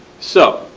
so,